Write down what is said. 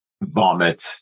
vomit